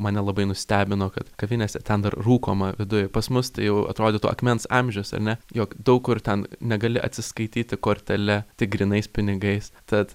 mane labai nustebino kad kavinėse ten dar rūkoma viduj pas mus tai jau atrodytų akmens amžiaus ar ne jog daug kur ten negali atsiskaityti kortele tik grynais pinigais tad